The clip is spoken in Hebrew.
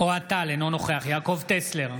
אוהד טל, אינו נוכח יעקב טסלר,